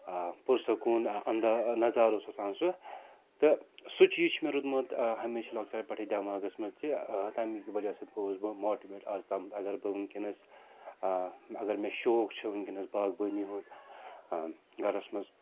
آ پُرسکوٗن انٛدا نَظارٕ اوس آسان سُہ تہٕ سُہ چیٖز چھُ مےٚ روٗدمُت آ ہمیشہ لۄکچار پٮ۪ٹھٕے دٮ۪ماغَس منٛز تہِ آ تَمہِ کہِ وجہ سۭتۍ گوٚوُس بہٕ ماٹِویٹ اَز تامَتھ اگر بہٕ وُنکٮ۪نَس آ اگر مےٚ شوق چھُ وُنکٮ۪نَس باغبٲنی ہُنٛد آ گَرَس منٛز